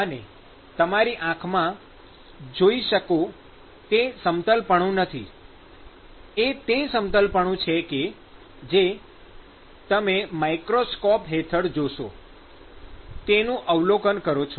તમે તમારી આંખોમાં જોઈ શકો તે સમતલપણું નથી એ તે સમતલપણું છે કે જ્યારે તમે માઇક્રોસ્કોપ હેઠળ જોશો તેનું અવલોકન કરો છો